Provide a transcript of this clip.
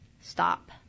stop